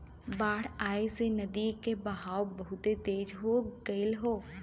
बाढ़ आये से नदी के बहाव बहुते तेज हो गयल हौ